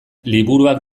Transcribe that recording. liburuak